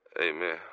amen